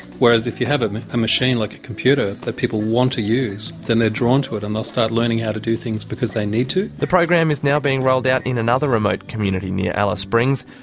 whereas if you have a machine like a computer that people want to use then they're drawn to it and they'll start learning how to do things because they need to. the program is now being rolled out in another remote community near alice springs,